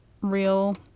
real